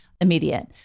immediate